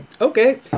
Okay